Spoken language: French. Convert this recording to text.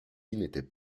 n’était